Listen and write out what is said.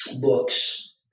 books